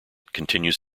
continues